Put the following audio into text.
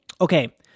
Okay